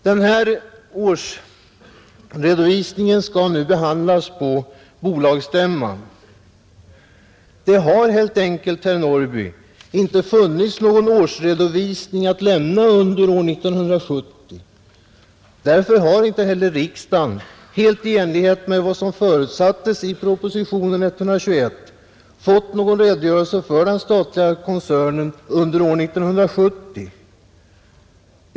Denna årsredovisning skall nu behandlas på bolagsstämman. Det har helt enkelt, herr Norrby, inte funnits någon årsredovisning att lämna under år 1970. Därför har inte heller riksdagen, helt i enlighet med vad som förutsattes i propositionen 121, fått någon redogörelse för den statliga koncernen under år 1970.